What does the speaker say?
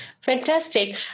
Fantastic